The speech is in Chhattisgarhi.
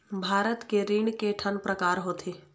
भारत के ऋण के ठन प्रकार होथे?